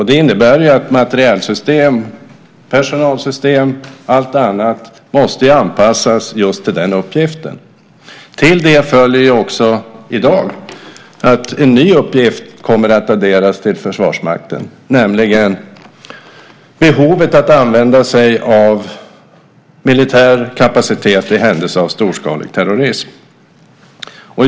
Det innebär att materielsystem, personalsystem och allt annat måste anpassas just till den uppgiften. Till det följer också i dag att en ny uppgift kommer att adderas till Försvarsmakten, nämligen behovet av att använda sig av militär kapacitet i händelse av storskalig terrorism.